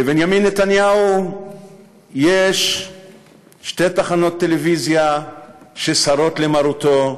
לבנימין נתניהו יש שתי תחנות טלוויזיה שסרות למרותו,